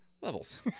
Levels